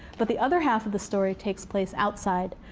but the other half of the story takes place outside.